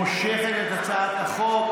היא מושכת את הצעת החוק,